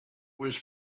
was